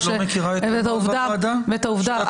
לא מכירה את נוהל הוועדה של הצהרות פתיחה?